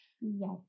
yes